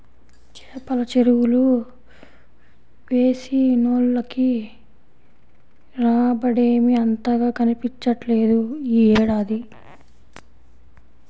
చేపల చెరువులు వేసినోళ్లకి రాబడేమీ అంతగా కనిపించట్లేదు యీ ఏడాది